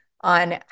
on